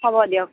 হ'ব দিয়ক